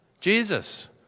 Jesus